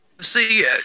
See